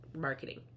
marketing